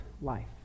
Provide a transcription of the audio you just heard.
life